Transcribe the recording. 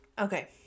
Okay